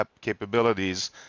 capabilities